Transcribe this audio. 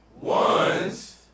One's